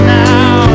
now